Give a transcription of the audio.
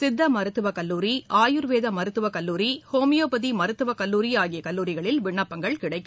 சித்தமருத்துவக் கல்லூரி ஆயுர்வேதாமருத்துவக் கல்லூரி ஹோமியோபதிமருத்துவக் கல்லூரி ஆகியகல்லூரிகளில் விண்ணப்பங்கள் கிடைக்கும்